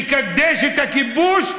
לקדש את הכיבוש,